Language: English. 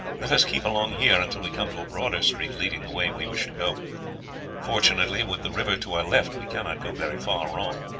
let us keep along here until we come to a broader street leading the way we wish to go fortunately, with the river to our left, we cannot go very far wrong.